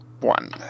One